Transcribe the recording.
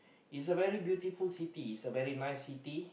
is a very beautiful city is a very nice city